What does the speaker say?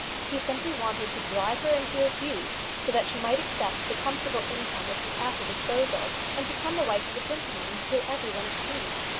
he simply wanted to drive her into his views, so that she might accept the comfortable income which was at her disposal, and become the wife of a gentleman whom every one esteemed.